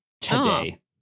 today